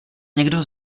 někdo